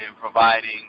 providing